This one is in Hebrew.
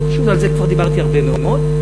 על זה כבר דיברתי הרבה מאוד,